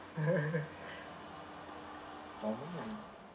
normally is